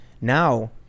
now